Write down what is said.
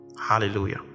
hallelujah